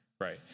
right